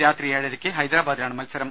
രാത്രി ഏഴരയ്ക്ക് ഹൈദരാബാദി ലാണ് മത്സരം